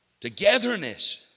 Togetherness